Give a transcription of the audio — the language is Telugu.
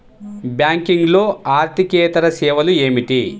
బ్యాంకింగ్లో అర్దికేతర సేవలు ఏమిటీ?